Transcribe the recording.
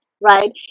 Right